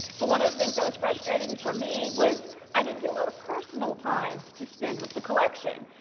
but one of the things that was frustrating for me was i didn't get a lot of personal time to spend with the collection.